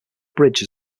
bridge